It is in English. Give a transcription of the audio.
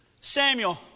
Samuel